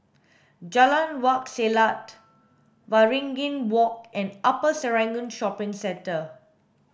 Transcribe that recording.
Jalan Wak Selat Waringin Walk and Upper Serangoon Shopping Centre